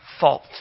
fault